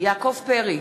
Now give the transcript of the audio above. יעקב פרי,